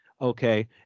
okay